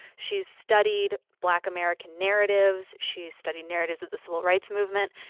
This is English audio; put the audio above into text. she's studied black american narratives. she's studied narratives of the civil rights movement.